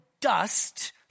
dust